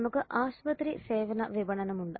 നമുക്ക് ആശുപത്രി സേവന വിപണനം ഉണ്ട്